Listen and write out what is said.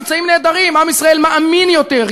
ממצאים נהדרים: עם ישראל מאמין יותר,